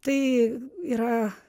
tai yra